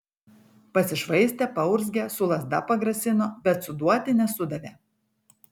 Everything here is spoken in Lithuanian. pasišvaistė paurzgė su lazda pagrasino bet suduoti nesudavė